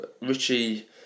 Richie